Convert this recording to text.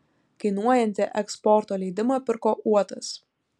kainuojantį eksporto leidimą pirko uotas